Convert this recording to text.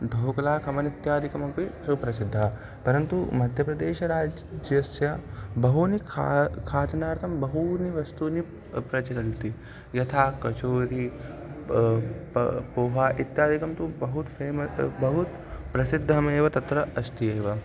ढोक्लाकमण् इत्यादिकमपि सुप्रसिद्धः परन्तु मध्यप्रदेशराज्यस्य बहूनि खा खादनार्थं बहूनि वस्तूनि प्रचलन्ति यथा कचोरि प पोहा इत्यादिकं तु बहु त् फ़ेमस् बहु त् प्रसिद्धमेव तत्र अस्त्येव